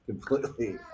completely